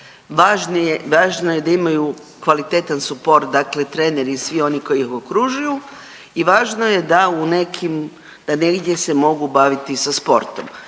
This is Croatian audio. važno je da imaju kvalitetan suport dakle treneri i svi oni koji ih okružuju i važno je da u nekim da negdje se mogu baviti sa sportom.